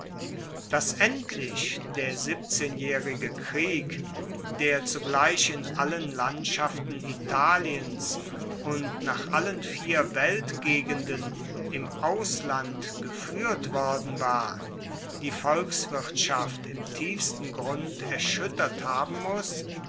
dass endlich der siebzehnjaehrige krieg der zugleich in allen landschaften italiens und nach allen vier weltgegenden im ausland gefuehrt worden war die volkswirtschaft im tiefsten grund erschuettert haben muss